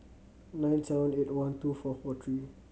nine seven eight one two four four three